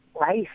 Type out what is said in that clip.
life